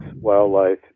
wildlife